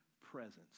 presence